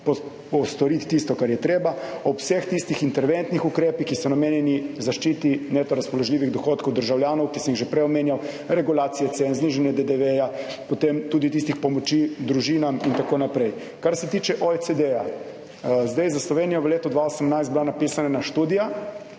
postoriti tisto, kar je treba, ob vseh tistih interventnih ukrepih, ki so namenjeni zaščiti neto razpoložljivih dohodkov državljanov, ki sem ji že prej omenjal, regulacije cen, znižanje DDV, potem tudi tistih pomoči družinam in tako naprej. Kar se tiče OECD, zdaj za Slovenijo v letu 2018 bila napisana študija.